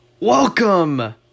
Welcome